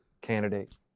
candidate